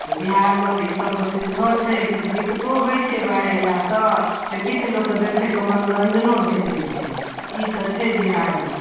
तऽ बिहारमे तऽ ईसबके सुविधो छै किछु दिक्कतो होइ छै बाढ़ि अएलासँ तऽ किछु लोकके देखैके मनोरञ्जनो भेटै छै ई तऽ छै बिहारमे